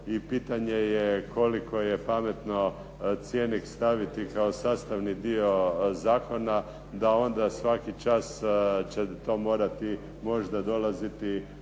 i pitanje je koliko je pametno cjenik staviti kao sastavni dio zakona da onda svaki čas će to morati možda dolaziti